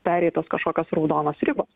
pereitos kažkokios raudonos ribos